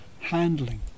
handling